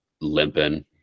limping